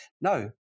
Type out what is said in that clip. No